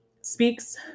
speaks